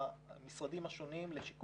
הנושא בו אנחנו דנים,